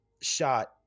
shot